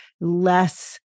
less